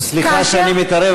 סליחה שאני מתערב,